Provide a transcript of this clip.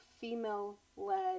female-led